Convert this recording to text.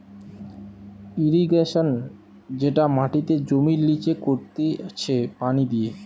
irrigation যেটা মাটিতে জমির লিচে করতিছে পানি দিয়ে